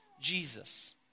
Jesus